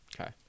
Okay